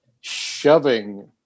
shoving